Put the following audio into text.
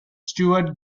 stewart